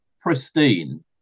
pristine